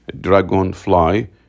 dragonfly